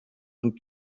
and